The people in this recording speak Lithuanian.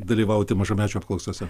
dalyvauti mažamečių apklausose